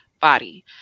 body